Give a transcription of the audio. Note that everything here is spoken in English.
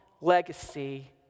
legacy